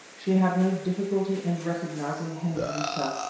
she had no difficulty in recognizing hendrika,